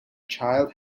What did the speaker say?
child